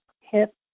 hip